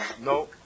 no